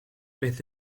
beth